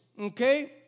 okay